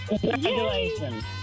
Congratulations